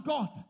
God